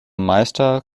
meister